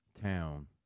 town